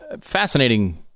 Fascinating